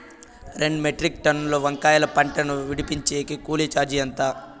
రెండు మెట్రిక్ టన్నుల వంకాయల పంట ను విడిపించేకి కూలీ చార్జీలు ఎంత?